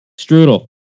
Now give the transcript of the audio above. strudel